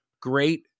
great